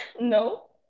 No